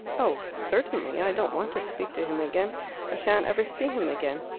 oh, certainly. i don't want to speak to him again i shan't ever see him again.